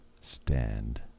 stand